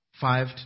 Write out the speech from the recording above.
Five